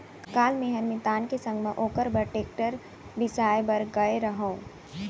काल मैंहर मितान के संग म ओकर बर टेक्टर बिसाए बर गए रहव